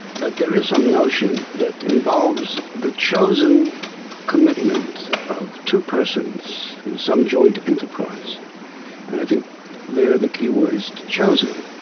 but there is some notion that involves the chosen commitment of two persons in some joint enterprise, and i think they are the key words chosen.